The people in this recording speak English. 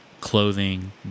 clothing